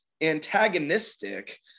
antagonistic